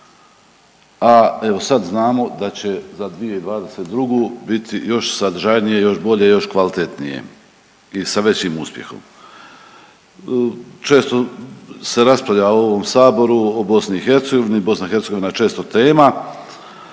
a evo sad znamo da će za 2022. biti još sadržajnije, još bolje, još kvalitetnije i sa većim uspjehom. Često se raspravlja u ovom saboru o BiH, BiH je često tema,